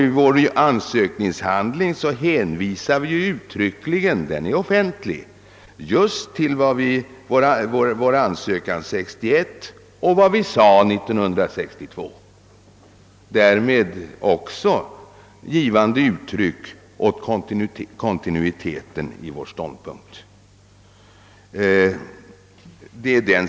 I vår ansökningshandling hänvisar vi uttryckligen — och den är offentlig — just till vår ansökan 1961 och till vad vi sade 1962. Därmed gav vi också uttryck åt kontinuiteten i vårt ståndpunktstagande.